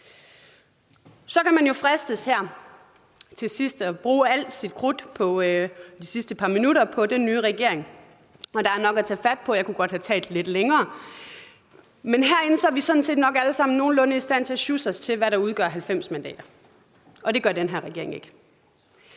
par minutter, at bruge al sit krudt på den nye regering, og der er nok at tage fat på. Jeg kunne godt have talt lidt længere. Men herinde er vi nok sådan set alle sammen nogenlunde i stand til at sjusse os til, hvad der udgør 90 mandater, og det udgør den her regering ikke.